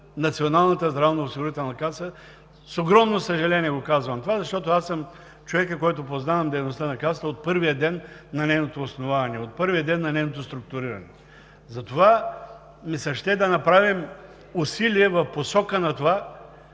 Националната здравноосигурителна каса. С огромно съжаление казвам това, защото аз съм човекът, който познава дейността на Касата от първия ден на нейното основаване, от първия ден на нейното структуриране. Затова ми се ще да направим усилие в посока на това